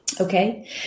Okay